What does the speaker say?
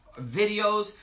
videos